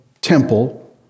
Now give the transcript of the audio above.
temple